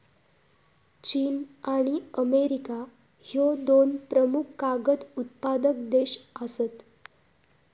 चीन आणि अमेरिका ह्ये दोन प्रमुख कागद उत्पादक देश आसत